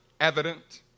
evident